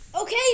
okay